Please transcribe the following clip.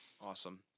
awesome